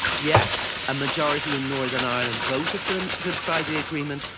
yes, a majority in northern ireland voted for the good friday agreement,